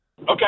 Okay